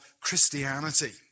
Christianity